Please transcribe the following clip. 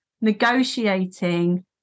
negotiating